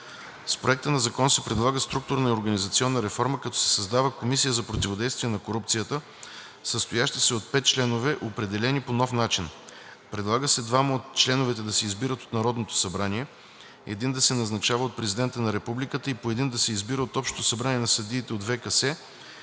С Проекта на закон се предлага структурна и организационна реформа, като се създава Комисия за противодействие на корупцията, състояща се от 5 членове, определени по съвършено нов начин. Предлага се двама от членовете да се избират от Народното събрание, един да се назначава от Президента на Републиката и по един да се избира от Общото събрание на съдиите от